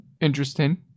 interesting